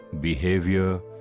behavior